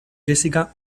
jessica